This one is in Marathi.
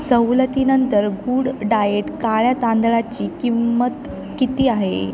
सवलतीनंतर गुड डाएट काळ्या तांदळाची किंमत किती आहे